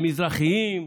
במזרחים?